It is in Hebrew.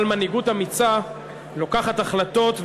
אבל מנהיגות אמיצה לוקחת החלטות,